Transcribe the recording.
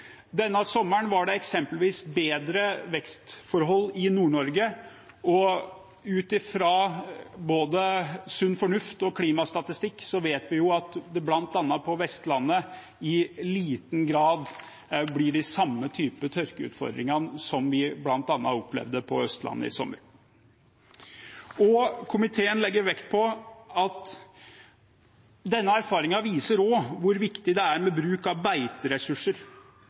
Denne sommeren var det eksempelvis bedre vekstforhold i Nord-Norge, og ut fra både sunn fornuft og klimastatistikk vet vi jo at det bl.a. på Vestlandet i liten grad blir de samme typer tørkeutfordringer som vi opplevde på Østlandet i sommer. Denne erfaringen viser også hvor viktig det er med bruk av beiteressurser